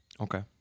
Okay